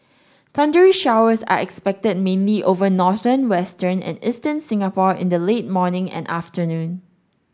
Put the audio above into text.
thundery showers are expected mainly over northern western and eastern Singapore in the late morning and afternoon